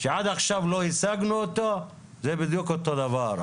שעד עכשיו לא השגנו אותו, זה בדיוק אותו דבר.